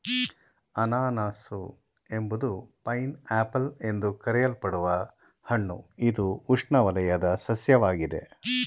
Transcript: ಅನನಾಸು ಎಂಬುದು pineapple ಎಂದು ಕರೆಯಲ್ಪಡುವ ಹಣ್ಣು ಇದು ಉಷ್ಣವಲಯದ ಸಸ್ಯವಾಗಿದೆ